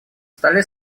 столе